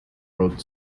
wrote